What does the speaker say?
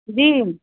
जी